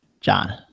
John